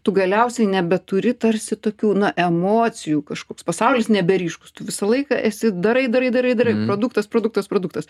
tu galiausiai nebeturi tarsi tokių na emocijų kažkoks pasaulis neberyškūs tu visą laiką esi darai darai darai darai produktas produktas produktas